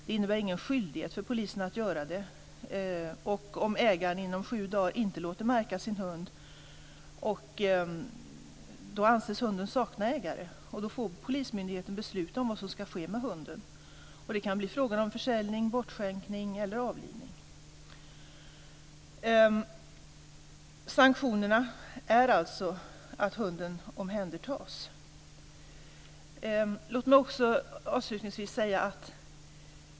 Det innebär ingen skyldighet för polisen att göra det. Om ägaren inom sju dagar inte låter märka sin hund anses hunden sakna ägare. Då får polismyndigheten besluta om vad som ska ske med hunden. Det kan bli fråga om försäljning, bortskänkning eller avlivning. Sanktionen är alltså att hunden omhändertas.